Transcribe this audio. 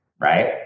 right